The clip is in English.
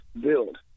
build